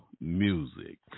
music